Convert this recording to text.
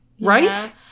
Right